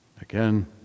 Again